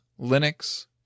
Linux